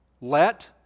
let